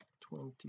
twenty